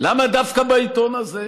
למה דווקא בעיתון הזה?